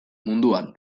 munduan